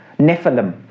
nephilim